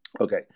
Okay